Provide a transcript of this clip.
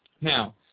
Now